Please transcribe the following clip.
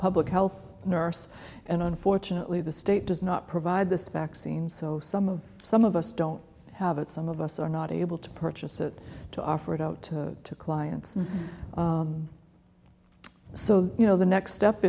public health nurse and unfortunately the state does not provide this back scenes so some of some of us don't have it some of us are not able to purchase it to offer it out to clients so you know the next step